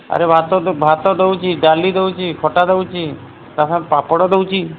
ଆରେ ଭାତ ଭାତ ଦେଉଛି ଡାଲି ଦେଉଛି ଖଟା ଦେଉଛି ତା' ସାଙ୍ଗରେ ପାପଡ଼ ଦେଉଛି